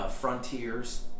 Frontiers